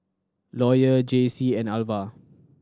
Lawyer Jaycie and Alvah